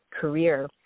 career